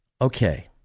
Okay